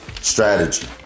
strategy